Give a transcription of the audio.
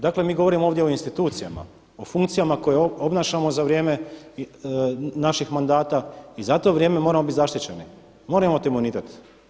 Dakle, mi govorimo ovdje o institucijama, o funkcijama koje obnašamo za vrijeme naših mandata i za to vrijeme moramo biti zaštićeni, moramo imati imunitet.